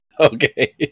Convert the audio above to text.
Okay